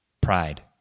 pride